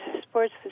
sports